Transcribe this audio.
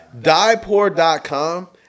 diepoor.com